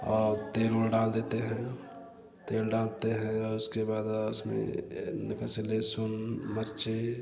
और तेल में डाल देते हैं तेल डालते हैं और उसके बाद रस में लहसुन मिर्ची